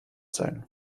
sein